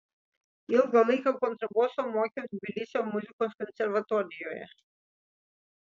ilgą laiką kontraboso mokiau tbilisio muzikos konservatorijoje